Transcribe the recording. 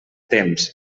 temps